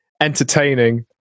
entertaining